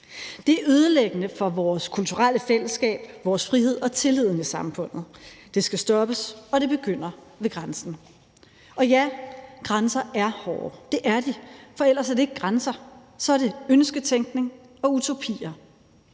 Det er ødelæggende for vores kulturelle fællesskab, vores frihed og for tilliden i samfundet. Det skal stoppes, og det begynder ved grænsen. Og ja, grænser er hårde, for ellers er det ikke grænser; så er det ønsketænkning og utopier.